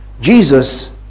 Jesus